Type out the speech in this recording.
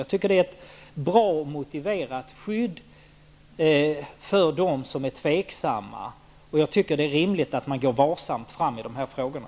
Jag tycker att de är ett bra och motiverat skydd för dem som är tveksamma, och jag tycker att det är rimligt att man går varsamt fram i de här frågorna.